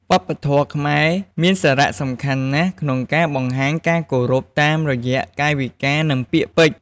វប្បធម៌ខ្មែរមានសារៈសំខាន់ណាស់ក្នុងការបង្ហាញការគោរពតាមរយៈកាយវិការ និងពាក្យពេចន៍។